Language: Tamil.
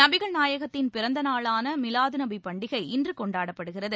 நபிகள் நாயகத்தின் பிறந்தநாளான மிலாது நபி பண்டிகை இன்று கொண்டாடப்படுகிறது